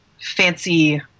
fancy